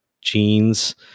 jeans